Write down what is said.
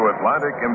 Atlantic